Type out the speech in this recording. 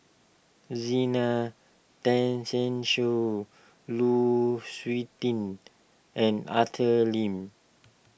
Zena Tessensohn Lu Suitin and Arthur Lim